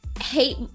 Hate